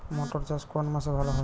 মটর চাষ কোন মাসে ভালো হয়?